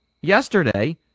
yesterday